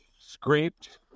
scraped